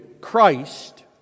Christ